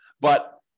But-